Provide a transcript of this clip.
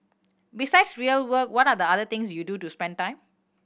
besides real work what are the other things you do to spend time